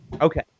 Okay